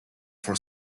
for